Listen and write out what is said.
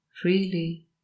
freely